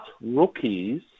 rookies